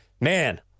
man